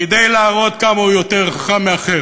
כדי להראות כמה הוא יותר חכם מהאחר.